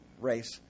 race